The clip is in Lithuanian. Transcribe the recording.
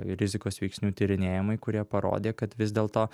rizikos veiksnių tyrinėjimai kurie parodė kad vis dėlto